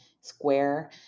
Square